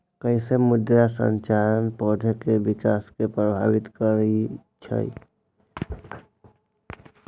कईसे मृदा संरचना पौधा में विकास के प्रभावित करई छई?